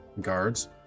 guards